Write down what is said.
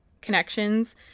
connections